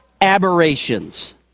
aberrations